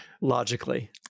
Logically